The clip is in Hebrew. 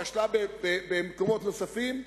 כשלה במקומות נוספים,